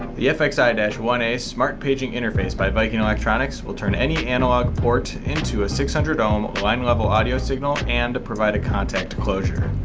the fxi and one a smart paging interface by viking electronics will turn any analogue port into a six hundred ohm line level audio signal and provide a contact closure.